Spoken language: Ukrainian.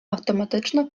автоматично